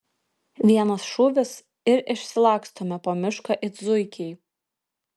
vienas šūvis ir išsilakstome po mišką it zuikiai